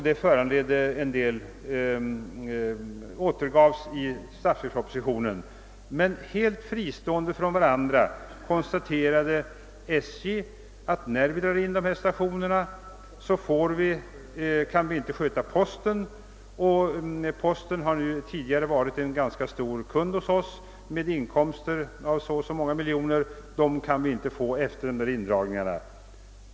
Det meddelades i statsverkspropositionen att SJ konstaterade ati man inte kunde sköta distributionen av post sedan dessa stationer dragits in. Postverket var tidigare en ganska stor kund hos SJ och betalade varje år flera miljoner kronor. Dessa inkomster bortföll efter indragningarna.